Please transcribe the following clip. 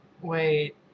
Wait